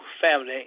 family